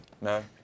No